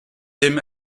him